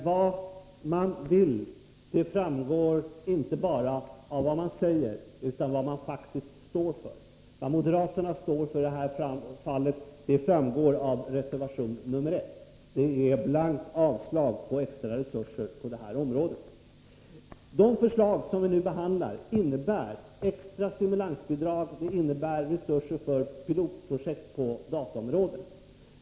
Herr talman! Vad man vill framgår inte bara av vad man säger utan av vad man faktiskt står för. Vad moderaterna står för i det här fallet framgår av reservation nr 1— det är blankt avslag på extra resurser på det här området. Det förslag som vi nu behandlar innebär extra stimulansbidrag, resurser för pilotprojekt till dataområdet.